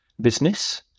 business